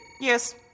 Yes